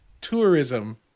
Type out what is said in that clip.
tourism